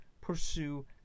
pursue